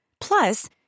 Plus